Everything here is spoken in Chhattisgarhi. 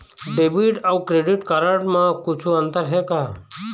डेबिट अऊ क्रेडिट कारड म कुछू अंतर हे का?